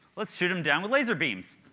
let's shoot them down with laser beams.